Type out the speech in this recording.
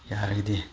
ꯌꯥꯔꯒꯗꯤ